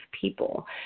people